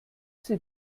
sie